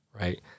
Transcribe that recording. right